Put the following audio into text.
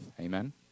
Amen